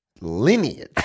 lineage